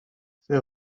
fait